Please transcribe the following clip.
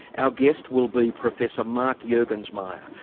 our guest will be professor mark juergensmeyer,